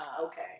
Okay